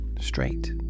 straight